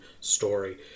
story